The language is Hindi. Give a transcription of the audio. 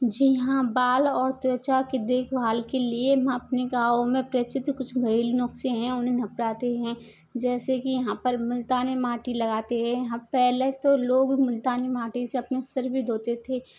जी हाँ बाल और त्वचा की देखभाल के लिए हम अपने गाँव में प्रसिद्ध कुछ घरेलू नुस्खे हैं उन्हें अपनाते हैं जैसे कि यहाँ पर मुल्तानी माटी लगाते हैं हम पहले तो लोग मुल्तानी माटी से अपने सर भी धोते थे